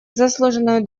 заслуженную